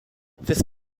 this